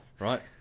Right